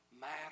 matter